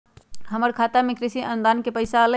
हमर खाता में कृषि अनुदान के पैसा अलई?